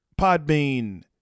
Podbean